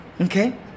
Okay